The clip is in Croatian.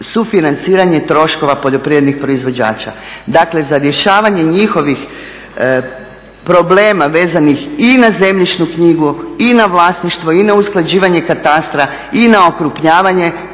sufinanciranje troškova poljoprivrednih proizvođača. Dakle, za rješavanje njihovih problema vezanih i na zemljišnu knjigu, i na vlasništvo, i na usklađivanje katastra, i na okrupnjavanje